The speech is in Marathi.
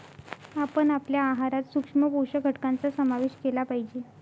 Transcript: आपण आपल्या आहारात सूक्ष्म पोषक घटकांचा समावेश केला पाहिजे